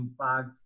impact